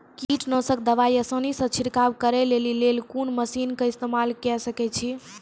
कीटनासक दवाई आसानीसॅ छिड़काव करै लेली लेल कून मसीनऽक इस्तेमाल के सकै छी?